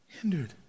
Hindered